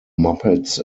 muppets